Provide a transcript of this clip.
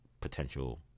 potential